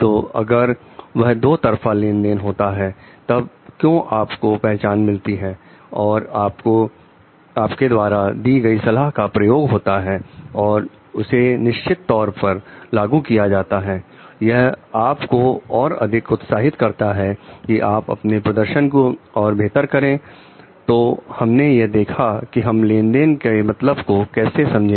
तो अगर यह दो तरफा लेनदेन होता है तब क्यों आपको पहचान मिलती है और आपके द्वारा दी सलाह का प्रयोग होता है और उसे निश्चित तौर पर लागू किया जाता है यह आप को और अधिक उत्साहित करता है कि आप अपने प्रदर्शन को और बेहतर करें तो हमने यह देखा कि हम लेनदेन के मतलब को कैसे समझें